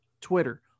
Twitter